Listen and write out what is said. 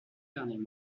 derniers